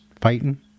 fighting